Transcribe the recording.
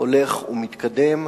הולך ומתקדם,